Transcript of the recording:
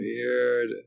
Weird